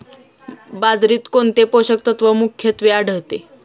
बाजरीत कोणते पोषक तत्व मुख्यत्वे आढळते?